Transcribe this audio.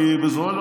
כי בזמנו,